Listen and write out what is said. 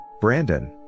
Brandon